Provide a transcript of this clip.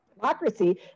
democracy